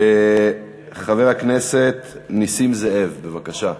חבר הכנסת נסים זאב, בבקשה.